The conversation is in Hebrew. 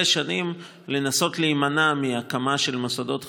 שנים היא לנסות להימנע מהקמה של מוסדות חדשים,